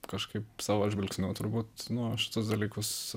kažkaip savo žvilgsniu turbūt nu šituos dalykus